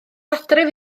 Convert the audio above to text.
adref